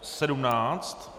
17.